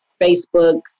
Facebook